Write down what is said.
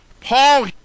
Paul